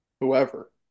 whoever